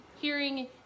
hearing